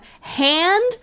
hand